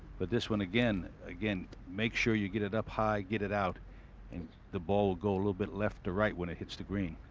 but this one again again. make sure you get it up high. get it out and the ball go a little bit left to right when it hits the green.